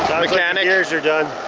and gears are done.